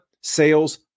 sales